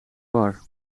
war